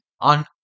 on